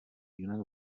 jinak